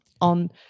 on